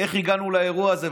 איך הגענו לאירוע הזה.